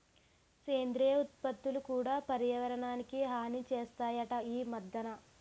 సేంద్రియ ఉత్పత్తులు కూడా పర్యావరణానికి హాని సేస్తనాయట ఈ మద్దెన